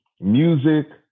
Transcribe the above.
Music